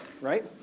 right